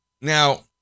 now